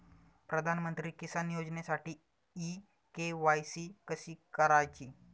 प्रधानमंत्री किसान योजनेसाठी इ के.वाय.सी कशी करायची?